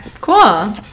cool